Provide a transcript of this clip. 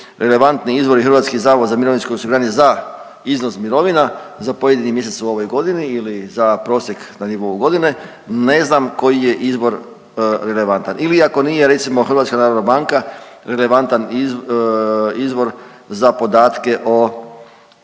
relevantni izvori HZMO za iznos mirovina, za pojedini mjesec u ovoj godini ili za prosjek na nivou godine, ne znam koji je izvor relevantan ili ako nije recimo HNB relevantan izvor za podatke o